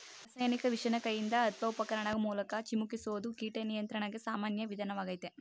ರಾಸಾಯನಿಕ ವಿಷನ ಕೈಯಿಂದ ಅತ್ವ ಉಪಕರಣಗಳ ಮೂಲ್ಕ ಚಿಮುಕಿಸೋದು ಕೀಟ ನಿಯಂತ್ರಣಕ್ಕೆ ಸಾಮಾನ್ಯ ವಿಧಾನ್ವಾಗಯ್ತೆ